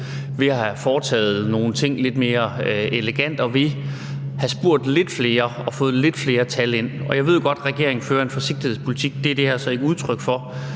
ved at have foretaget nogle ting lidt mere elegant og ved at have spurgt lidt flere og fået lidt flere tal ind. Jeg ved godt, at regeringen fører en forsigtighedspolitik, men det er det her så ikke udtryk for.